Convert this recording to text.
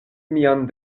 mian